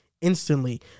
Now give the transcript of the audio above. instantly